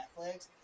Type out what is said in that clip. Netflix